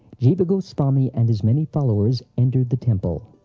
jiva goswami and his many followers entered the temple.